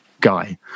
guy